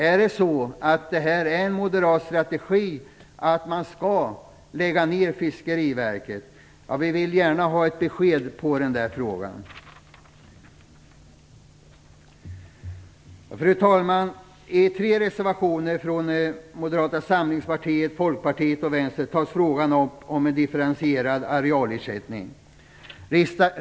Är det en moderat strategi att föreslå att Fiskeriverket skall läggas ned? Vi vill gärna ha ett besked på den punkten. Fru talman! I tre reservationer från Moderata samlingspartiet, Folkpartiet och Vänsterpartiet tas frågan upp om en differentierad arealersättning.